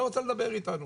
לא רצה לדבר איתנו